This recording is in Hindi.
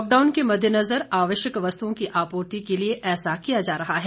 लॉकडाउन के मद्देनजर आवश्यक वस्तुओं की आपूर्ति के लिए ऐसा किया जा रहा है